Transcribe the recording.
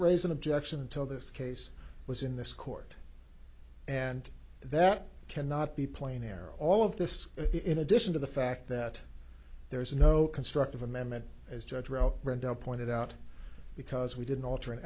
raise an objection until this case was in this court and that cannot be plain air all of this in addition to the fact that there is no constructive amendment as judge roe pointed out because we didn't alter an